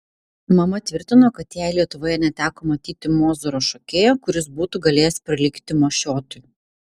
mama tvirtino kad jai lietuvoje neteko matyti mozūro šokėjo kuris būtų galėjęs prilygti mašiotui